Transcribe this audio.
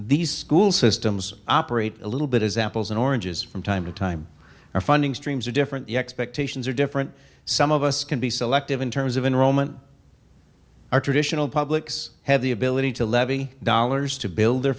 these school systems operate a little bit as apples and oranges from time to time our funding streams are different the expectations are different some of us can be selective in terms of enrollment our traditional publics have the ability to levy dollars to build their